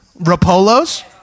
Rapolos